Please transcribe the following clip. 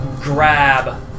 grab